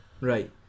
right